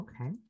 Okay